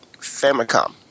Famicom